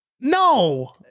No